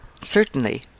Certainly